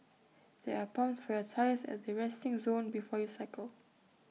there are pumps for your tyres at the resting zone before you cycle